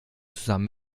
zusammen